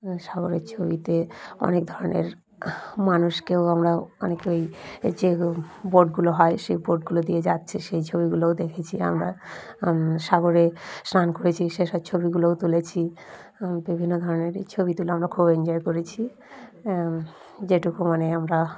সাগরের ছবিতে অনেক ধরনের মানুষকেও আমরা অনেকে ওই যে বোটগুলো হয় সেই বোটগুলো দিয়ে যাচ্ছে সেই ছবিগুলোও দেখেছি আমরা সাগরে স্নান করেছি সেসব ছবিগুলোও তুলেছি বিভিন্ন ধরনের এই ছবি তুলে আমরা খুব এনজয় করেছি যেটুকু মানে আমরা